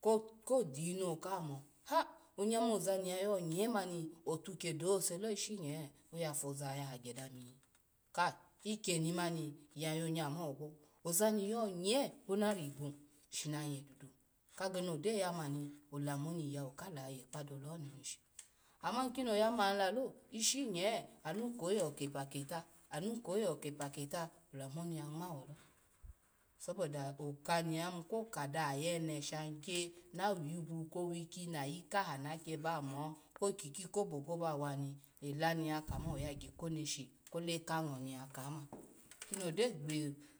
Ko ko dinu oka amu ha onyama oza ni yayo nye mani out ke dose lo oya vuza ya hagya dami kai ikyemani iya yo nya mani ogu oza ni yo nye, ona rigbo shini ayeye dudu ka gani ogyo yama ni olemuni iyewu kala ye kpa dole ho neneshi ama ikini oya shinye anu ko ye owo ke pa keta, anu koye awo kepa keta, ola muni ya ngma wolo soboda oka ni yayimu ko ka daha yene sha gya na wigu ko wiki na yika na ki ba mo ko kiki kopopo ba wani elani ya kama oyagya oneshi o le ka ngo ni ya kama. Kini ogyo